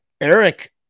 Eric